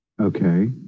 Okay